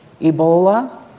Ebola